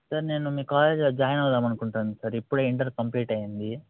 sir నేను మీ కాలేజీలో జాయిన్ అవుదాం అనుకుంటున్నా ఇప్పుడే ఇంటర్ కంప్లీట్ అయ్యింది